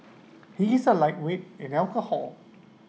he is A lightweight in alcohol